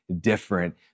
different